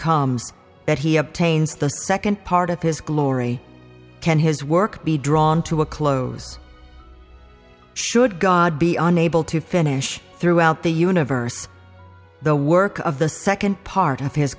comes that he obtains the second part of his glory can his work be drawn to a close should god be unable to finish throughout the universe the work of the second part of his